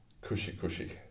cushy-cushy